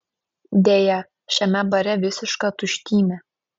deja šiame bare visiška tuštymė